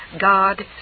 God